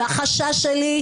והחשש שלי,